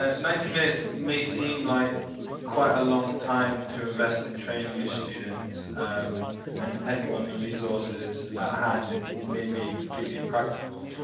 ah ninety minutes may seem like quite a long time to invest in training your students and depending on the resources at hand, it may be completely impractical.